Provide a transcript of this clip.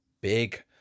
big